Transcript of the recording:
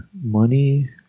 money